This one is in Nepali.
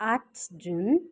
आठ जुन